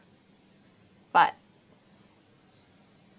but